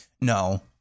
No